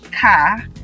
car